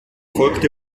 folgte